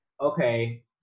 okay